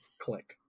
Click